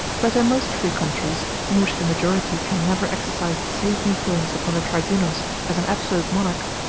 but in most free countries, in which the majority can never exercise the same influence upon the tribunals as an absolute monarch,